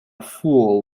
fool